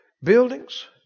buildings